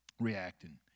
reacting